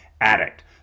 addict